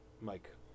Mike